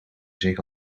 zich